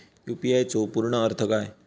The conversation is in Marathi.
यू.पी.आय चो पूर्ण अर्थ काय?